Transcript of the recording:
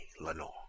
Lenore